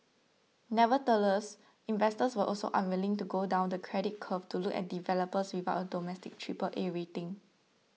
nevertheless investors were also unwilling to go down the credit curve to look at developers without a domestic Triple A rating